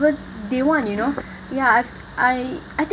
they want you know ya I I I think